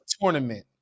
tournament